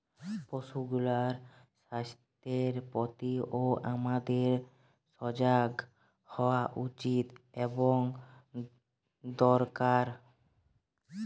পশুগুলার স্বাস্থ্যের প্রতিও আমাদের সজাগ হওয়া উচিত এবং দরকার